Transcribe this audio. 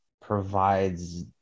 provides